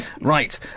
Right